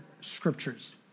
scriptures